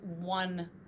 one